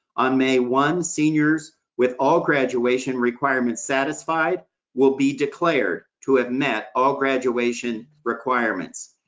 on may one, seniors with all graduation requirements satisfied will be declared to have met all graduation requirements.